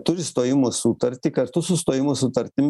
turi stojimo sutartį kartu su stojimo sutartim